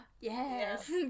Yes